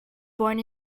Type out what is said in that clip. born